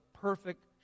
perfect